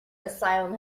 asylum